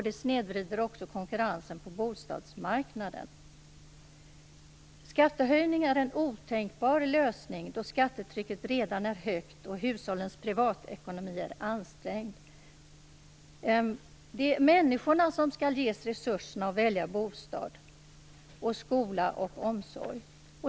Det snedvrider också konkurrensen på bostadsmarknaden. Skattehöjningar är en otänkbar lösning, då skattetrycket redan är högt och hushållens privatekonomi är ansträngd. Det är människorna som skall ges resurser att välja bostad, skola och omsorg.